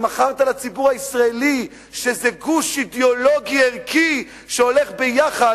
שמכרת לציבור הישראלי שזה גוש אידיאולוגי ערכי שהולך ביחד,